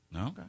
Okay